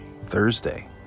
Thursday